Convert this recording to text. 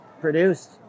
produced